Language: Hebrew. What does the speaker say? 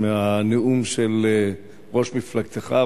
מהנאום של ראש מפלגתך,